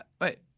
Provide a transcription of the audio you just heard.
Wait